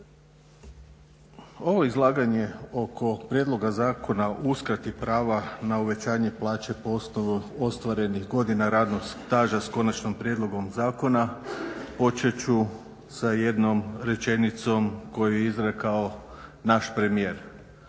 Ovo izlaganje oko Prijedloga zakona o uskrati prava na uvećanje plaća po osnovi ostvarenih godina radnog staža sa Konačnim prijedlogom Zakona početi ću sa jednom rečenicom koju je izrekao naš premijer,